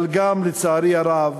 אבל גם, לצערי הרב,